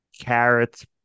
carrots